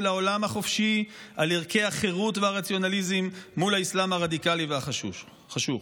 העולם החופשי על ערכי החירות והרציונליזם מול האסלאם הרדיקלי והחשוך.